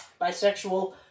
bisexual